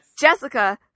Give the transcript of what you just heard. Jessica